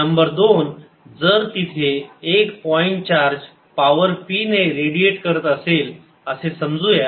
number 2 जर तिथे एक पॉईंट चार्ज पावर p ने रेडीएट करत असेल असे समजूयात